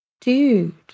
Dude